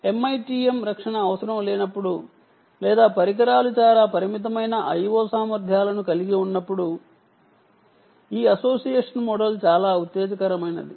MITM రక్షణ అవసరం లేనప్పుడు లేదా పరికరాలు చాలా పరిమితమైన I o సామర్థ్యాలను కలిగి ఉన్నప్పుడు ఈ అసోసియేషన్ మోడల్ చాలా ఉత్తేజకరమైనది